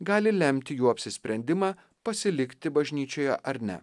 gali lemti jų apsisprendimą pasilikti bažnyčioje ar ne